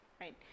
right